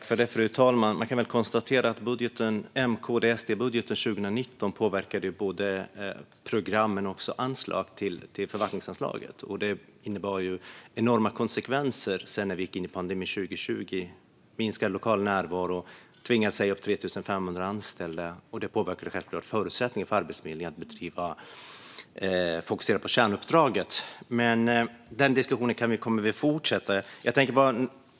Fru talman! Man kan väl konstatera att M-KD-SD-budgeten 2019 påverkade både programmen och förvaltningsanslaget. Det fick enorma konsekvenser när vi gick in i pandemin 2020. Man tvingades minska lokal närvaro och säga upp 3 500 anställda. Det påverkade självklart förutsättningarna för Arbetsförmedlingen att fokusera på kärnuppdraget. Men den diskussionen kommer vi att fortsätta.